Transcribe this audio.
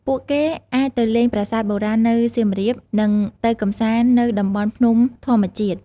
ពួកគេអាចទៅលេងប្រាសាទបុរាណនៅសៀមរាប និងទៅកម្សាន្តនៅតំបន់ភ្នំធម្មជាតិ។